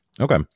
Okay